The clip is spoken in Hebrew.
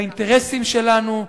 באינטרסים שלנו,